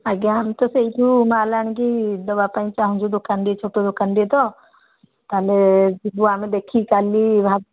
ଆଜ୍ଞା ଆମେ ତ ସେଇଠୁ ମାଲ୍ ଆଣିକି ଦେବା ପାଇଁ ଚାହୁଁଛୁ ଦୋକାନଟିଏ ଛୋଟ ଦୋକାନଟିଏ ତ ତା'ହେଲେ ଯିବୁ ଆମେ ଦେଖିକି କାଲି